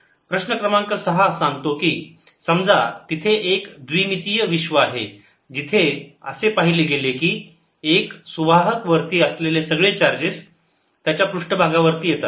प्रश्न क्रमांक सहा सांगतो की समजा तिथे एक द्विमितीय विश्व आहे जिथे असे पाहिले गेले की एका सुवाहक वरती असलेले सगळे चार्जेस त्याच्या पृष्ठभागावरती येतात